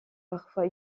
parfois